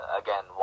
again